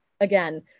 again